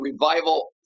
revival